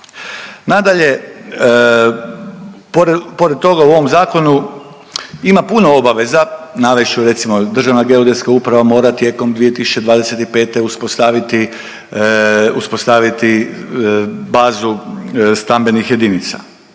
Nadalje, pored toga u ovom zakonu ima puno obaveza, navest ću recimo Državna geodetska uprava mora tijekom 2025. uspostaviti, uspostaviti bazu stambenih jedinica,